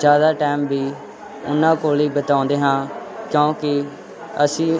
ਜ਼ਿਆਦਾ ਟਾਈਮ ਵੀ ਉਹਨਾਂ ਕੋਲ ਹੀ ਬਿਤਾਉਂਦੇ ਹਾਂ ਕਿਉਂਕਿ ਅਸੀਂ